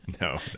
no